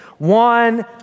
One